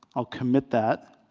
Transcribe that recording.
i'll commit that.